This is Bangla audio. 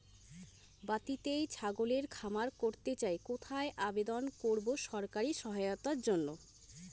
বাতিতেই ছাগলের খামার করতে চাই কোথায় আবেদন করব সরকারি সহায়তার জন্য?